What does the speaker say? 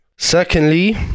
Secondly